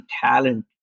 talent